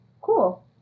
Cool